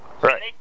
Right